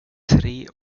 tre